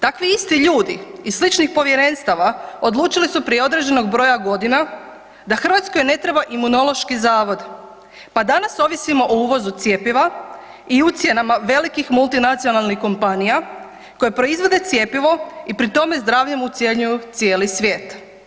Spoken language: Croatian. Takvi isti ljudi iz sličnih povjerenstava odlučili su prije određenog broja godina da Hrvatskoj ne treba Imunološki zavod pa danas ovisimo o uvozu cjepiva i ucjenama velikih multinacionalnih kompanija koje proizvode cjepivo i pri tome zdravljem ucjenjuju cijeli svijet.